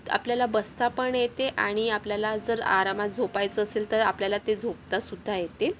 आपल्याला बसता पण येते आणि आपल्याला जर आरामात झोपायचं असेल तर आपल्याला ते झोपतासुद्धा येते